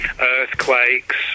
earthquakes